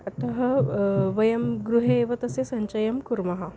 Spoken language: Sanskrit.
अतः वयं गृहे एव तस्य सञ्चयं कुर्मः